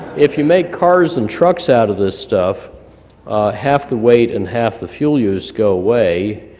if you make cars and trucks out of this stuff half the weight and half the fuel use go away.